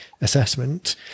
assessment